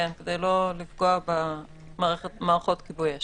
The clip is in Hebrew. כדי לא לפגוע במערכות כיבוי אש.